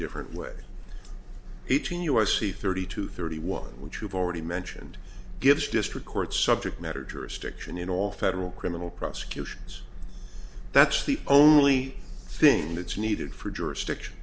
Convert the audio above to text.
different way eighteen u s c thirty two thirty one which you've already mentioned gives district court subject matter jurisdiction in all federal criminal prosecutions that's the only thing that's needed for jurisdiction